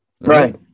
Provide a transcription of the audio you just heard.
right